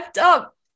up